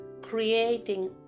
creating